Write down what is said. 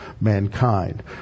mankind